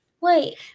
Wait